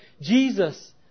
Jesus